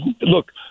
look